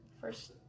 first